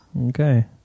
Okay